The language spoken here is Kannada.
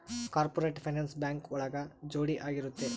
ಕಾರ್ಪೊರೇಟ್ ಫೈನಾನ್ಸ್ ಬ್ಯಾಂಕ್ ಒಳಗ ಜೋಡಿ ಆಗಿರುತ್ತೆ